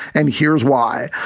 and here's why.